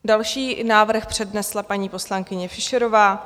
Další návrh přednesla paní poslankyně Fischerová.